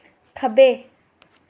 खब्बै